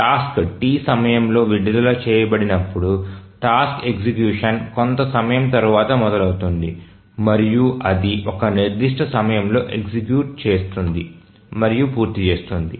task T సమయంలో విడుదల చేయబడినప్పుడు టాస్క్ ఎగ్జిక్యూషన్ కొంత సమయం తరువాత మొదలవుతుంది మరియు అది ఒక నిర్దిష్ట సమయంలో ఎగ్జిక్యూట్ చేస్తుంది మరియు పూర్తి చేస్తుంది